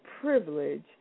privilege